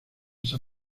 san